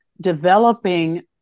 developing